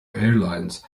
airlines